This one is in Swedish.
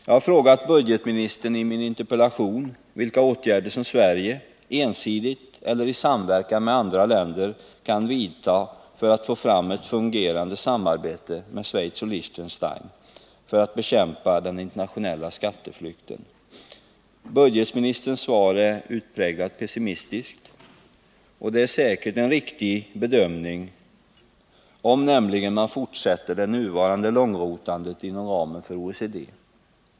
Jag har frågat budgetministern i min interpellation vilka åtgärder som Sverige, ensidigt eller i samverkan med andra länder, kan vidta för att få fram ett fungerande samarbete med Schweiz och Liechtenstein för att bekämpa den internationella skatteflykten. Budgetministerns svar är utpräglat pessimistiskt. Och det är säkert en riktig bedömning, om man fortsätter med det nuvarande långrotandet inom ramen för OECD.